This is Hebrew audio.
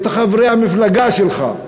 את חברי המפלגה שלך,